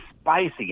spicy